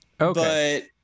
Okay